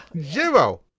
Zero